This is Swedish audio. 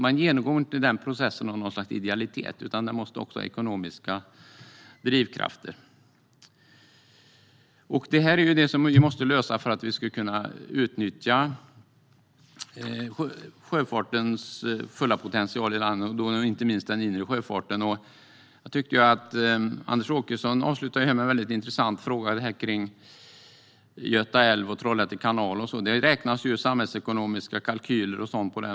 Man genomgår inte den processen av något slags idealitet. Det måste också finnas ekonomiska drivkrafter. Det är detta som vi måste lösa för att vi ska kunna utnyttja sjöfartens fulla potential, inte minst den inre sjöfarten. Anders Åkesson avslutade sitt anförande med en mycket intressant fråga kring Göta älv och Trollhätte kanal. Det görs samhällsekonomiska kalkyler på sådant.